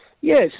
Yes